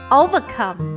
overcome